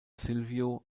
silvio